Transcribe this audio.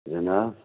جِناب